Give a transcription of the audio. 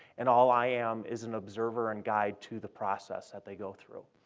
and all i am is an observer and guide to the process that they go through.